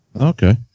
Okay